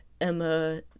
Emma